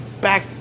back